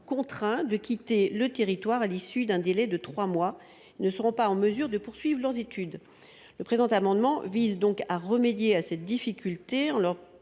contraints de quitter le territoire à l’issue d’un délai de trois mois et ne seront pas en mesure de poursuivre leurs études. Le présent amendement vise donc à remédier à cette difficulté en leur